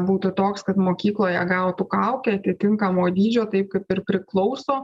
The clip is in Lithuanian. būtų toks kad mokykloje gautų kaukę atitinkamo dydžio taip kaip ir priklauso